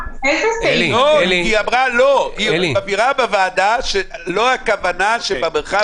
היא מבהירה בכוונה שאין כוונה שבמרחב